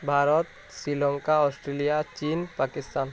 Bharat Sri Lanka Australia ଚୀନ ପାକିସ୍ତାନ